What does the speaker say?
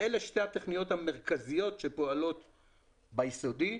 אלה שתי התוכניות המרכזיות שפועלות ביסודי.